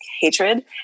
hatred